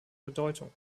bedeutung